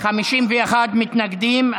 51 מתנגדים.